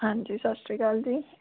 ਹਾਂਜੀ ਸਤਿ ਸ਼੍ਰੀ ਅਕਾਲ ਜੀ